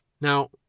Now